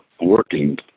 working